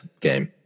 game